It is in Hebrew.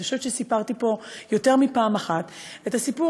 אני חושבת שסיפרתי פה יותר מפעם אחת את הסיפור